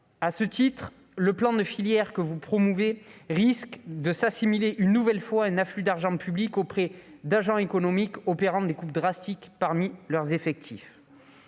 À ce titre, le plan de filière que vous promouvez risque de s'assimiler une nouvelle fois à un afflux d'argent public auprès d'agents économiques opérant des coupes drastiques parmi leurs effectifs.